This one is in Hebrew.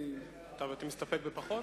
אתה מסתפק בפחות?